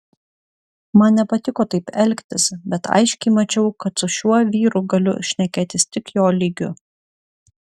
man nepatiko taip elgtis bet aiškiai mačiau kad su šiuo vyru galiu šnekėtis tik jo lygiu